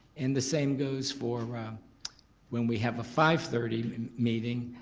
and the same goes for ah when we have a five thirty meeting.